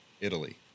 Italy